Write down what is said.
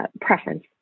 preference